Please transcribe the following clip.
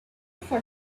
for